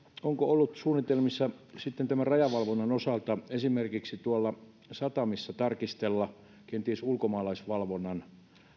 ollut suunnitelmissa rajavalvonnan osalta esimerkiksi tuolla satamissa tarkistella kenties ulkomaalaisvalvonnan